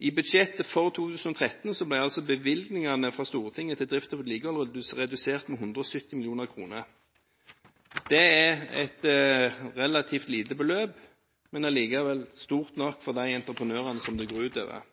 I budsjettet for 2013 ble altså bevilgningene fra Stortinget til drift og vedlikehold redusert med 170 mill. kr. Det er et relativt lite beløp, men allikevel stort nok for de entreprenørene det går